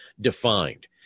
defined